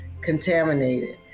contaminated